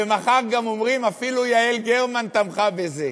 ומחר גם אומרים: אפילו יעל גרמן תמכה בזה,